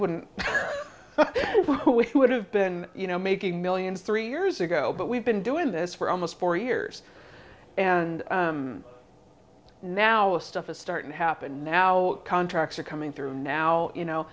wish we would have been you know making millions three years ago but we've been doing this for almost four years and now it's stuff is starting to happen now contracts are coming through now you know